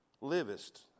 livest